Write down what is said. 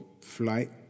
flight